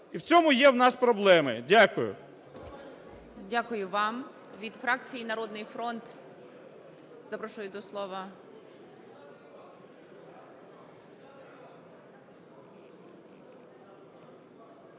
і в цьому є у нас проблеми. Дякую.